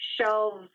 shelves